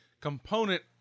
component